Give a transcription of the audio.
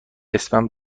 اسمم